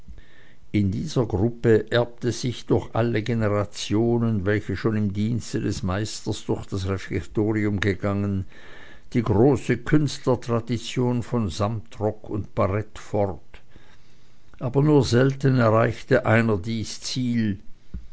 in dieser gruppe erbte sich durch alle generationen welche schon im dienste des meisters durch das refektorium gegangen die große künstlertradition von samtrock und barett fort aber nur selten erreichte einer dies ziel